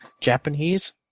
Japanese